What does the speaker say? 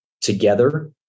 together